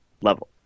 level